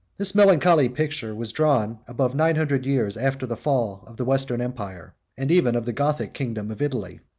this melancholy picture was drawn above nine hundred years after the fall of the western empire, and even of the gothic kingdom of italy.